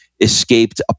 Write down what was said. escaped